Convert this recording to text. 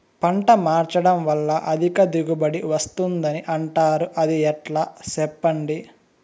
పంట మార్చడం వల్ల అధిక దిగుబడి వస్తుందని అంటారు అది ఎట్లా సెప్పండి